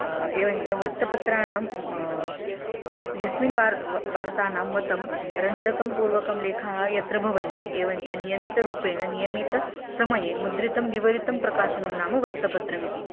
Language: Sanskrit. एवञ्च वृत्तपत्राणां यस्मिन् वार् वार्तानां मतं रञ्जकं पूर्वकं लेखाः यत्र भवन्ति एवञ्च नियमितरूपेण नियमितसमये मुद्रितं विवरितं प्रकाशनं नाम वृत्तपत्रमिति